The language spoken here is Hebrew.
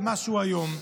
ומה שהוא היום.